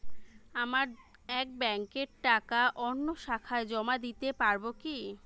আমার এক ব্যাঙ্কের টাকা অন্য শাখায় জমা দিতে পারব কি?